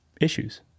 issues